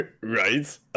Right